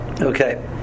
okay